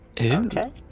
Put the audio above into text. Okay